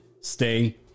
stay